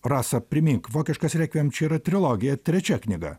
rasa primink vokiškas rekviem čia yra trilogija trečia knyga